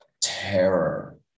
terror